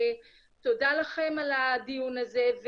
ותודה לכם על הדיון הזה.